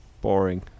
boring